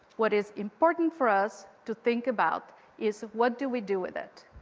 what is important for us to think about is what do we do with it?